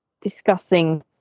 discussing